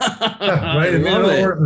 Right